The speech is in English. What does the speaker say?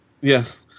Yes